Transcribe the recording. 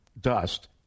dust